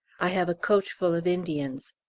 i have a coach full of indians.